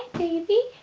baby